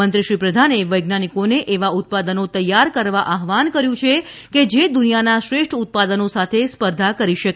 મંત્રી શ્રી પ્રધાને વૈજ્ઞાનિકોને એવા ઉત્પાદનો તૈયાર કરવા આહ્વાન કર્યું હતું કે જે દુનિયાના શ્રેષ્ઠ ઉત્પાદનો સાથે સ્પર્ધા કરી શકે